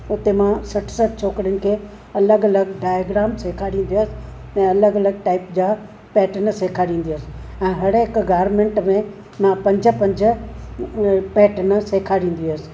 उते मां सठि सठि छोकिरियुनि खे अलॻि अलॻि डाइग्राम सेखारींदी ऐं अलॻि अलॻि टाइप जा पैटर्न सेखारींदी हुयसि ऐं हरहिक गार्मेंट में मां पंज पंज पैटर्न सेखारींदी हुयसि